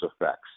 effects